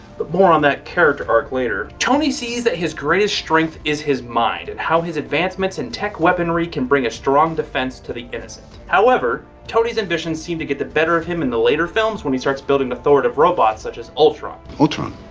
but more on that character arc later. tony sees that his greatest strength is his mind and how his advancements in tech weaponry can bring a strong defense to the innocent. however, tony's ambitions seem to get the better of him in the later films when he starts building authoritative robots such as ultron. ultron,